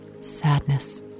sadness